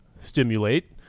stimulate